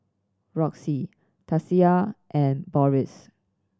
Roxie Tasia and Boris